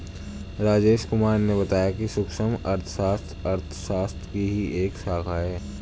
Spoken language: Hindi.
राजेश कुमार ने बताया कि सूक्ष्म अर्थशास्त्र अर्थशास्त्र की ही एक शाखा है